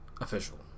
official